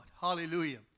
Hallelujah